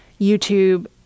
YouTube